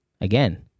Again